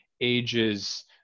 ages